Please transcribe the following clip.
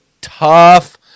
tough